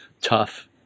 tough